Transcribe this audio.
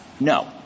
No